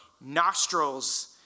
nostrils